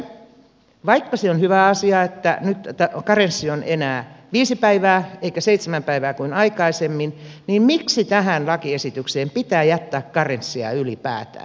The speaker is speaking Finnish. vaikka se on hyvä asia että nyt karenssi on enää viisi päivää eikä seitsemän päivää kuten aikaisemmin niin miksi tähän lakiesitykseen pitää jättää karenssia ylipäätään